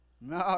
No